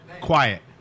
Quiet